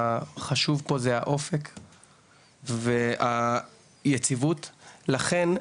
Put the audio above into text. מה שחשוב פה הוא האופק והיציבות לכם.